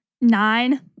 nine